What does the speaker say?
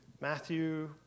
Matthew